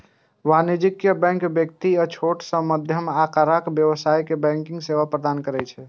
वाणिज्यिक बैंक व्यक्ति आ छोट सं मध्यम आकारक व्यवसायी कें बैंकिंग सेवा प्रदान करै छै